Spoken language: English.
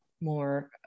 more